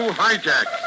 hijack